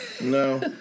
No